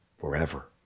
forever